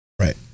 right